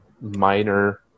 minor